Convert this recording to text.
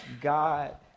God